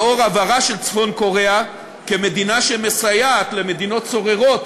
לאור עברה של צפון-קוריאה כמדינה שמסייעת למדינות סוררות,